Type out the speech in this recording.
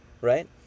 right